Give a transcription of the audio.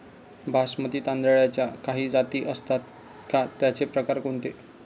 बासमती तांदळाच्या काही जाती असतात का, त्याचे प्रकार कोणते?